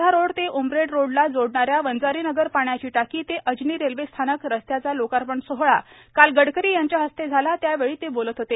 Wardha road ते उमरेड रोडला जोडणाऱ्या वंजारी नगर पाण्याची टाकी ते अजनी रेल्वे स्थानक रस्त्याचा लोकार्पण सोहळा काल गडकरी यांच्या हस्ते झाला त्यावेळी ते बोलत होते